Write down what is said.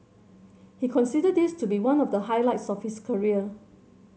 he considers this to be one of the highlights of his career